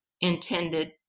intended